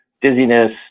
dizziness